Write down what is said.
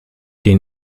den